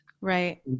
right